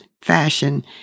fashion